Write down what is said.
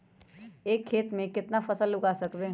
एक खेत मे केतना फसल उगाय सकबै?